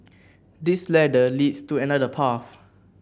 this ladder leads to another path